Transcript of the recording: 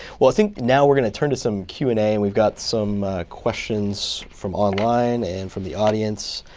well, i think now we're going to turn to some q and a. and we've got some questions from online and from the audience.